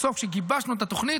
בסוף, כשגיבשנו את התוכנית,